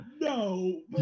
No